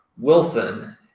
Wilson